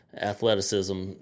athleticism